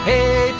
Hey